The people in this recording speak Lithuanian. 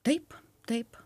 taip taip